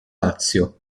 lazio